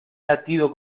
latido